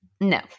No